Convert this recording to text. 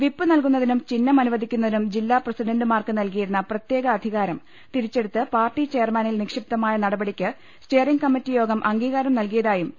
whip നൽകുന്നതിനും ചിഹ്നം അനുവദിക്കുന്നതിനും ജില്ലാ പ്രസി ഡന്റുമാർക്ക് നൽകിയിരുന്ന പ്രത്യേക അധികാരം തിരിച്ചെടുത്ത് പാർട്ടി ചെയർമാനിൽ നിക്ഷിപ്തമാക്കിയ നടപടിക്ക് സ്റ്റിയറിങ്ങ് കമ്മറ്റി യോഗം അംഗീകാരം നൽകിയതായും പി